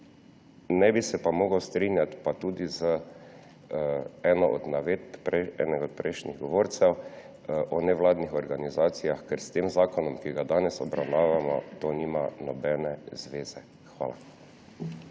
Ne bi se pa mogel strinjati tudi z navedbo enega od prejšnjih govorcev o nevladnih organizacijah, ker s tem zakonom, ki ga danes obravnavamo, to nima nobene zveze. Hvala.